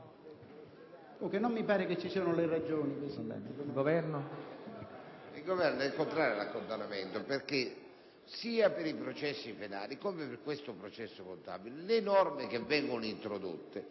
Presidente, è contrario all'accantonamento perché sia per i processi penali, come per questo processo contabile, le norme che vengono introdotte